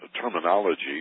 terminology